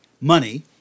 money